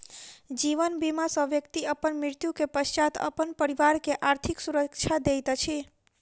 जीवन बीमा सॅ व्यक्ति अपन मृत्यु के पश्चात अपन परिवार के आर्थिक सुरक्षा दैत अछि